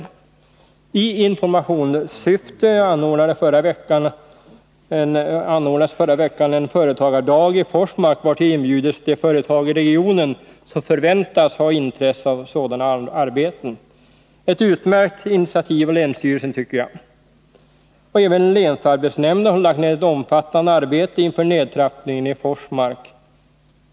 171 I informationssyfte anordnades förra veckan en företagardag i Forsmark, till vilken hade inbjudits de företag i regionen som förväntas ha intresse av sådana arbeten. Det var ett utmärkt initiativ av länsstyrelsen, tycker jag. Även länsarbetsnämnden har lagt ned ett omfattande arbete inför nedtrappningen i Forsmark.